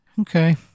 Okay